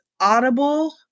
Audible